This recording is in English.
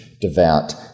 devout